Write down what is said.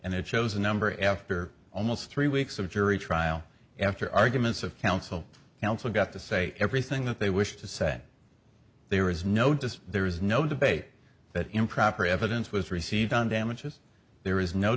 and it shows a number after almost three weeks of jury trial after arguments of counsel counsel got to say everything that they wish to say there is no just there is no debate that improper evidence was received on damages there is no